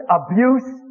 abuse